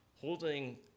Holding